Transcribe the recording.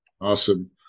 Awesome